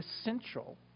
essential